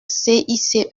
cice